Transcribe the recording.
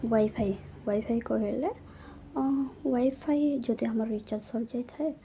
Y FI wifi କହିଲେ wifi ଯଦି ଆମର ରିଚାର୍ଜ ସରିଯାଇଥାଏ